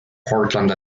portland